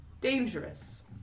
dangerous